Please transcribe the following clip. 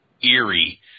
eerie